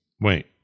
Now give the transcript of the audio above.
Wait